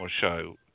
show